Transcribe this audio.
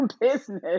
business